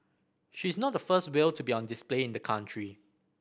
she is not the first whale to be on display in the country